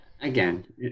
Again